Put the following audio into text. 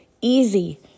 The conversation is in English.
easy